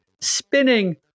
spinning